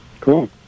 Cool